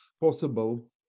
possible